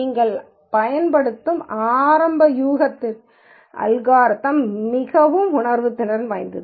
நீங்கள் பயன்படுத்தும் ஆரம்ப யூகத்திற்கு அல்காரிதம் மிகவும் உணர்திறன் வாய்த்தது